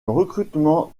recrutement